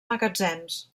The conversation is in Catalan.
magatzems